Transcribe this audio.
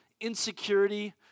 insecurity